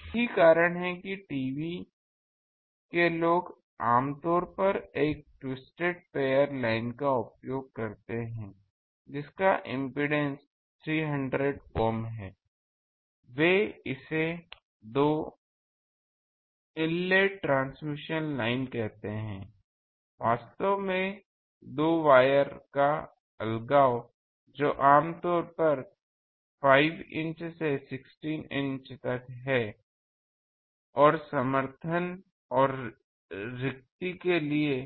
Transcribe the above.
यही कारण है कि टीवी के लोग आमतौर पर एक ट्विस्टेड पेअर लाइन का उपयोग करते हैं जिसका इम्पीडेन्स 300 ohm है वे इसे दो इनलेट ट्रांसमिशन लाइन कहते हैं वास्तव में दो वायर का अलगाव जो आमतौर पर 5 इंच से 16 इंच है और समर्थन और रिक्ति के लिए